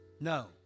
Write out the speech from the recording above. No